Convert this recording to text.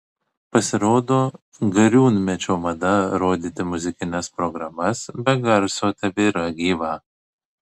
pasirodo gariūnmečio mada rodyti muzikines programas be garso tebėra gyva